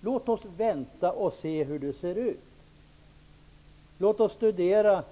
Låt oss vänta och se hur det kommer att se ut! Låt oss studera